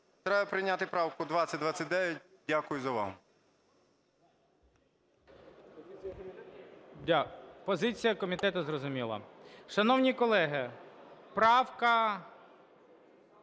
Треба прийняти правку 2029. Дякую за увагу.